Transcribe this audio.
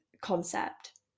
concept